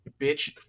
bitch